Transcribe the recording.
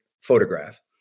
photograph